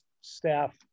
staff